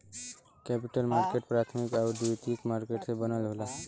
capital market प्राथमिक आउर द्वितीयक मार्केट से बनल होला